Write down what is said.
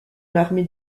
l’armée